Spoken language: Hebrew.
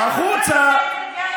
כבוד